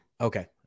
Okay